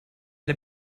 der